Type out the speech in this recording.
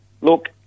look